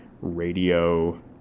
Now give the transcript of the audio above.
radio